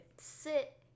sit